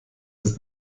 ist